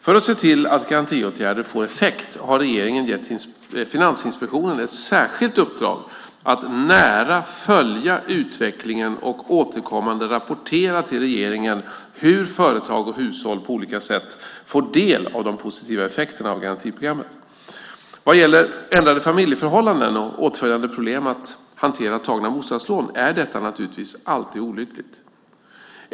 För att se till att garantiåtgärderna får effekt har regeringen givit Finansinspektionen ett särskilt uppdrag att nära följa utvecklingen och återkommande rapportera till regeringen om hur företag och hushåll på olika sätt får del av de positiva effekterna av garantiprogrammet. Vad gäller ändrade familjeförhållanden och åtföljande problem att hantera tagna bostadslån är detta naturligtvis alltid olyckligt.